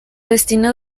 destino